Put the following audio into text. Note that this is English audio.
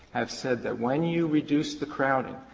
has said that when you reduce the crowding,